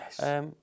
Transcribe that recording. Yes